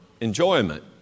enjoyment